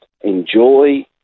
enjoy